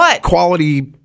quality